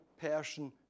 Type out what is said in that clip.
person